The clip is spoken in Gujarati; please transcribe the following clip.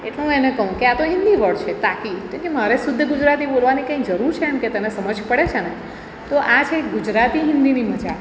એટલે હું એને કહું કે આ તો હિન્દી વર્ડ છે તો કી તો કે મારે શુદ્ધ ગુજરાતી બોલવાની કંઈ જરૂર છે એમ કે તને ખબર પડે છે ને તો આ છે ગુજરાતી હિન્દીની મજા